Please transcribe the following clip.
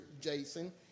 Jason